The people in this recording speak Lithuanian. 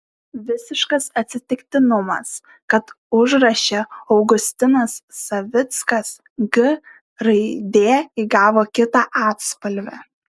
visiškas atsitiktinumas kad užraše augustinas savickas g raidė įgavo kitą atspalvį